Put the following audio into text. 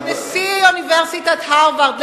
וכשנשיא אוניברסיטת הרווארד,